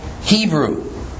Hebrew